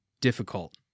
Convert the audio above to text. difficult